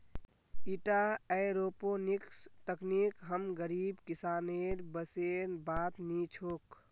ईटा एयरोपोनिक्स तकनीक हम गरीब किसानेर बसेर बात नी छोक